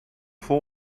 vol